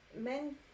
men